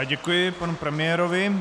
Děkuji panu premiérovi.